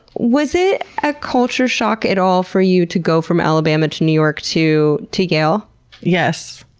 was it a culture shock at all for you to go from alabama to new york to to yale? yes.